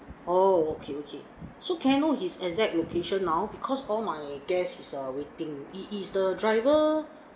oh okay okay so can I know his exact location now because all my guests is awaiting is is the driver